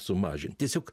sumažint tiesiog